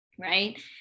right